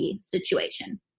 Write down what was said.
situation